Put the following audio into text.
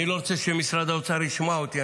אני לא רוצה שמשרד האוצר ישמע אותי,